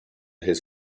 his